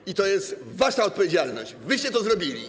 I to jest wasza odpowiedzialność, wyście to zrobili.